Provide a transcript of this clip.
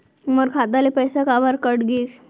मोर खाता ले पइसा काबर कट गिस?